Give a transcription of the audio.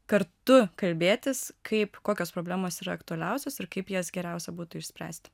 kartu kalbėtis kaip kokios problemos yra aktualiausios ir kaip jas geriausia būtų išspręsti